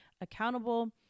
accountable